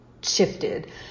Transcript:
shifted